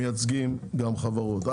מייצגים גם חברות.